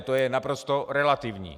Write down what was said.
To je naprosto relativní.